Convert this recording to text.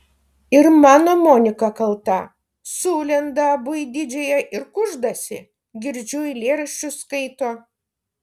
ir mano monika kalta sulenda abu į didžiąją ir kuždasi girdžiu eilėraščius skaito